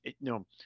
No